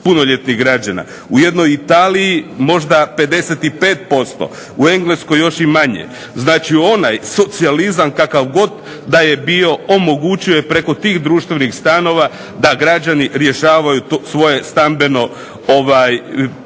u jednoj Italiji možda 55%, u Engleskoj još i manje. Znači onaj socijalizam kakav god da je bio omogućio je preko tih društvenih stanova da građani rješavaju to svoje stambeno pitanje.